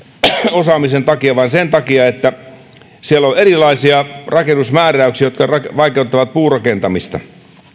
osaamisen takia vaan sen takia että siellä on erilaisia rakennusmääräyksiä jotka vaikeuttavat puurakentamista